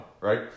right